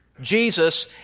Jesus